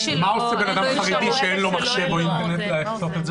מה עושה אדם חרדי שאין לו מחשב או אינטרנט כדי לדווח?